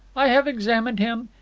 i have examined him.